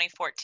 2014